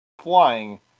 flying